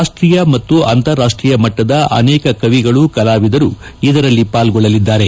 ರಾಷ್ಟೀಯ ಮತ್ತು ಅಂತಾರಾಷ್ಟೀಯ ಮಟ್ಟದ ಅನೇಕ ಕವಿಗಳು ಕಲಾವಿದರು ಇದರಲ್ಲಿ ಪಾಲ್ಗೊಳ್ಳಲಿದ್ದಾರೆ